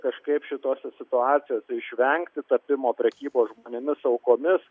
kažkaip šitose situacijose išvengti tapimo prekybos žmonėmis aukomis